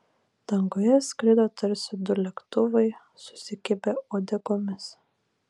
danguje skrido tarsi du lėktuvai susikibę uodegomis